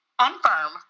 unfirm